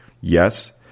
yes